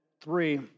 three